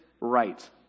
right